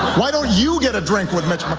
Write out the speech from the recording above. why don't you get a drink with mitch um